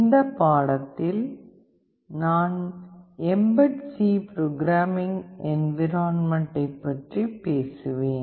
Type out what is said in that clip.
இந்த பாடத்தில் நான் எம்பெட் சீ புரோகிராமிங் என்விரான்மென்ட்டைப் பற்றி பேசுவேன்